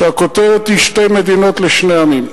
כשהכותרת היא "שתי מדינות לשני עמים".